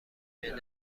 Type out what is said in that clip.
بیمه